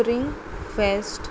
spring fest